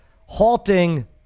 halting